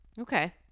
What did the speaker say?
Okay